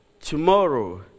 tomorrow